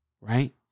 right